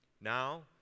Now